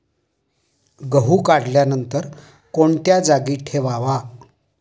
गहू काढल्यानंतर कोणत्या जागी ठेवावा?